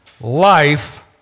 life